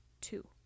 two